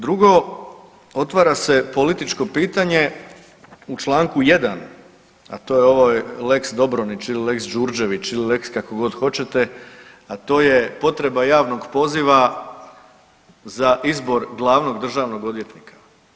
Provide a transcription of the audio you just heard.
Drugo, otvara se političko pitanje u Članku 1., a to je ovaj lex Dobronić ili lex Đurđević ili lex kako god hoćete, a to je potreba javnog poziva za izbor glavnog državnog odvjetnika.